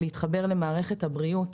להתחבר למערכת הבריאות,